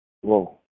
Whoa